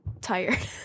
tired